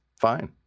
fine